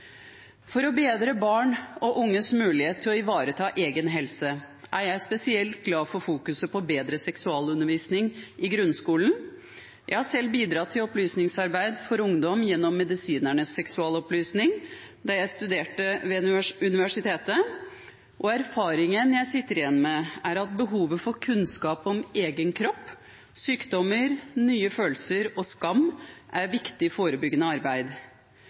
gjelder å bedre barn og unges mulighet til å ivareta egen helse, er jeg spesielt glad for fokuset på bedre seksualundervisning i grunnskolen. Jeg bidro selv til opplysningsarbeid for ungdom gjennom Medisinernes seksualopplysning da jeg studerte ved universitetet, og erfaringen jeg sitter igjen med, er at å formidle kunnskap om kropp, sykdommer, nye følelser og skam er viktig forebyggende arbeid.